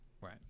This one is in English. Right